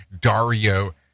Dario